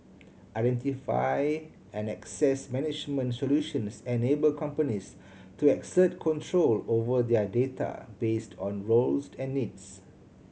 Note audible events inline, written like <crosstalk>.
identity and access management solutions enable companies to exert control over their data based on roles <unintelligible> and needs